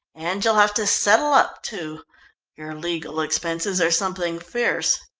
and you'll have to settle up, too your legal expenses are something fierce.